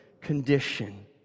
condition